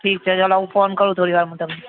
ઠીક છે ચાલો હું ફોન કરું થોડીવારમાં તમને